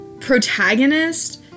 protagonist